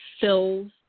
fills